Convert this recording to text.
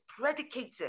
predicated